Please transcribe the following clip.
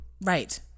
Right